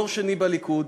דור שני בליכוד,